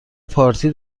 پارتی